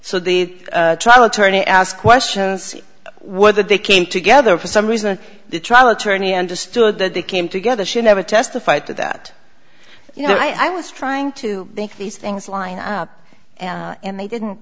so the trial attorney asked questions whether they came together for some reason or the trial attorney understood that they came together she never testified to that you know i was trying to think these things line up and they didn't